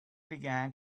began